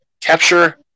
capture